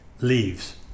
leaves